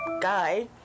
Guy